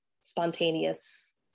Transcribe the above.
spontaneous